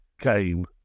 came